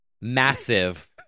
massive